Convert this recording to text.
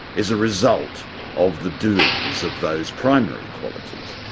is a result of the doings of those primary qualities,